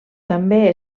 també